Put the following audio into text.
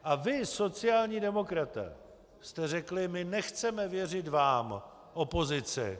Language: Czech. A vy, sociální demokraté, jste řekli: My nechceme věřit vám, opozici.